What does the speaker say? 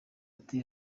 ati